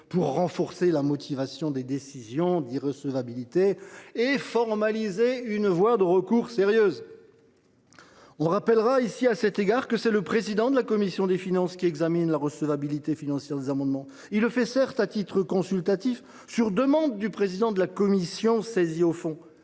de renforcer la motivation des décisions d’irrecevabilité et de formaliser une voie de recours sérieuse. À cet égard, on rappellera ici que c’est le président de la commission des finances qui examine la recevabilité financière des amendements. Il le fait certes à titre consultatif, à la demande du président de la commission saisie au fond,